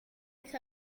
lkw